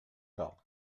cal